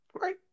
Right